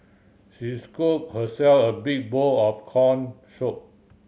she scoop herself a big bowl of corn soup